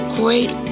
great